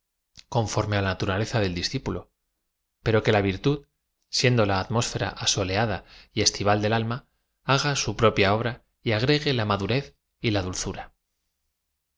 conforme á la naturaleza d el discípulo pero que la virtud siendo la atmósfera asoleada y es tival del alma h aga su propia obra y agregue la ma durez y la dulzura